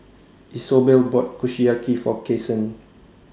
Isobel bought Kushiyaki For Kason